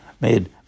made